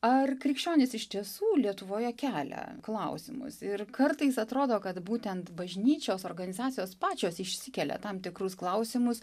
ar krikščionys iš tiesų lietuvoje kelia klausimus ir kartais atrodo kad būtent bažnyčios organizacijos pačios išsikelia tam tikrus klausimus